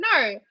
No